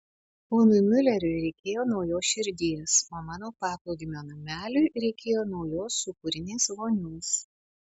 ponui miuleriui reikėjo naujos širdies o mano paplūdimio nameliui reikėjo naujos sūkurinės vonios